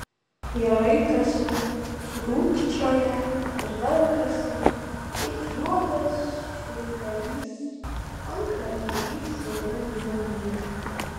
jie raitosi trūkčioja ir velkasi it juodas siūlgalys ant pernelyg švarių grindų